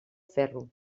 ferro